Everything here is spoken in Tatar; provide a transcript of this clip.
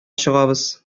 чыгабыз